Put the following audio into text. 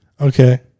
Okay